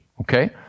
Okay